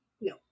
No